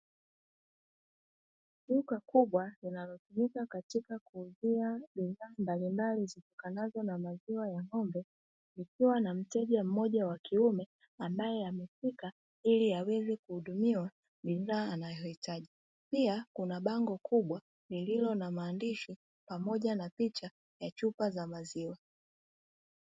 Duka kubwa linalotumika katika kuuzia bidhaa mbalimbali zipokanazo na maziwa ya ng'ombe, ikiwa na mteja mmoja wa kiume ambaye amefika ili aweze kuhudumiwa bidhaa anayoihitaji, pia kuna bango kubwa lililo na maandishi pamoja na picha ya chupa za maziwa.